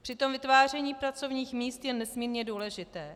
Přitom vytváření pracovních míst je nesmírně důležité.